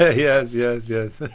yeah yes. yes yes